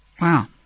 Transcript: Wow